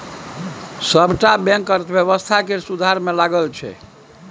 सबटा बैंक अर्थव्यवस्था केर सुधार मे लगल छै